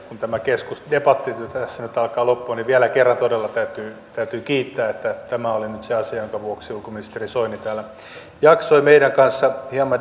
kun tämä debatti tässä nyt alkaa loppua niin vielä kerran todella täytyy kiittää että tämä oli nyt se asia jonka vuoksi ulkoministeri soini täällä jaksoi meidän kanssamme hieman debatoida